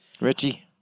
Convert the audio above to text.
Richie